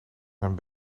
zijn